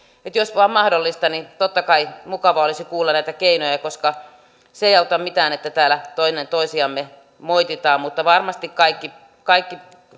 jos vain mahdollista totta kai mukava olisi kuulla näitä keinoja koska se ei auta mitään että täällä toinen toisiamme moitimme varmasti kaikki kaikki